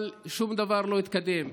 אבל שום דבר לא התקדם.